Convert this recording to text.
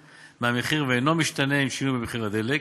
מהמחיר ואינו משתנה עם שינוי במחיר הדלק,